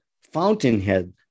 fountainhead